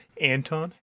Anton